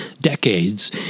decades